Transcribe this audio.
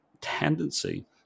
tendency